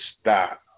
stop